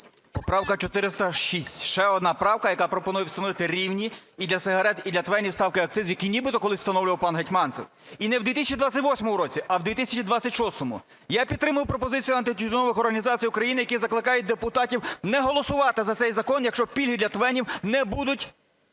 Правка 406 – ще одна правка, яка пропонує встановити рівні і для сигарет, і для ТВЕНів ставки акцизів, які нібито колись встановлював пан Гетманцев, і не в 2028 році, а в 2026-му. Я підтримую пропозицію антитютюнових організацій України, які закликають депутатів не голосувати за цей закон, якщо пільги для ТВЕНів не будуть